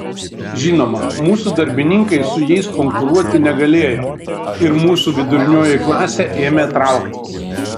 žinoma mūsų darbininkai su jais konkuruoti negalėjo ir mūsų vidurinioji klasė ėmė trauktis